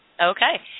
Okay